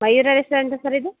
ಮಯೂರಾ ರೆಸ್ಟೋರೆಂಟಾ ಸರ್ ಇದು